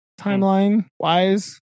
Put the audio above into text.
timeline-wise